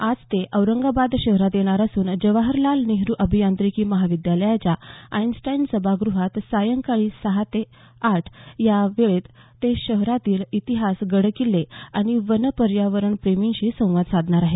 आज ते औरंगाबाद शहरात येणार असून जवाहरलाल नेहरू अभियांत्रिकी महाविद्यालयाच्या आइन्स्टाईन सभागृहात सायंकाळी सहा ते आठ या वेळेत ते शहरातील इतिहास गडकिल्ले आणि वन पर्यावरणप्रेमींशी संवाद साधणार आहेत